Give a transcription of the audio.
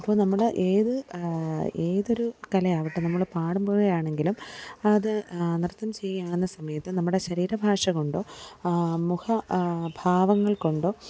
അപ്പോൾ നമ്മുടെ ഏത് ഏതൊരു കലയാവട്ടെ നമ്മൾ പാടുമ്പോഴാണെങ്കിലും അത് നൃത്തം ചെയ്യുന്ന സമയത്ത് നമ്മുടെ ശരീരഭാഷകൊണ്ടോ മുഖ ഭാവങ്ങൾ കൊണ്ടോ